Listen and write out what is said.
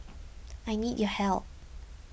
I need your help